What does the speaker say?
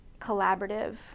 collaborative